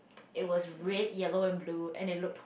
it was red yellow and blue and it looked